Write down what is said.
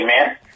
Amen